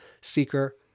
seeker